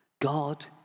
God